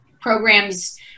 programs